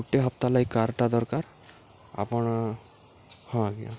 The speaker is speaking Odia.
ଗୁଟେ ହପ୍ତା ଲାଗି କାର୍ଟା ଦର୍କାର୍ ଆପଣ୍ ହଁ ଆଜ୍ଞା